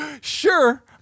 Sure